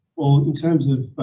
well in terms of, ah,